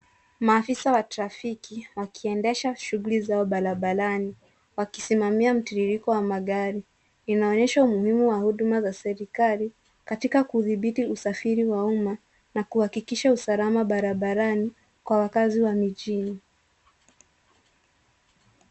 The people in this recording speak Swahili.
Maafisa wa trafiki, wakiendesha shughuli zao barabarani, Wakisimamia mtiririko wa magari. Inaonyesha umuhimu wa huduma za serikali katika kudhibiti usafiri wa umma na kuhakikisha usalama barabarani kwa wakazi wa mijini.